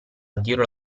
dirlo